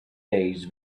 days